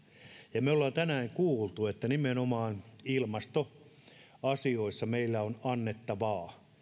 ja me olemme tänään kuulleet että nimenomaan ilmastoasioissa meillä on annettavaa